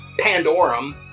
Pandorum